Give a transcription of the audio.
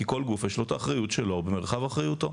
כי כל גוף יש לו את האחריות שלו במרחב אחריותו.